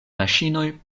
maŝinoj